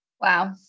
Wow